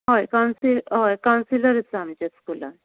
हय कावन्सि होय कावन्सिलर आसा आमच्या स्कुलान